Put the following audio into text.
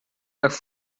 nach